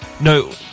no